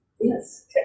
yes